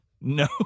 No